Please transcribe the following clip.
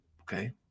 okay